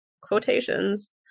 quotations